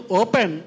open